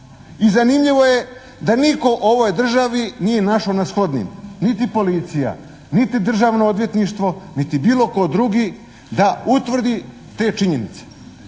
I zanimljivo je da nitko u ovoj državi nije našao na shodnim niti policija, niti Državno odvjetništvo niti bilo tko drugi da utvrdi te činjenici.